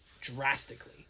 drastically